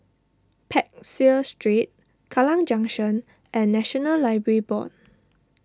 Peck Seah Street Kallang Junction and National Library Board